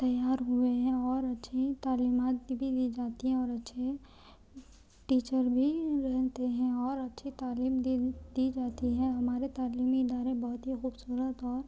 تیار ہوئے ہیں اور اچھی تعلیمات بھی دی جاتی ہیں اور ٹیچر بھی رہتے ہیں اور اچھی تعلیم دی دی جاتی ہے ہمارے تعلیمی ادارے بہت ہی خوبصورت اور